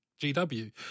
GW